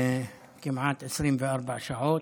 כמעט 24 שעות.